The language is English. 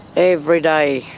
every day,